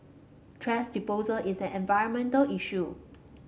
thrash disposal is an environmental issue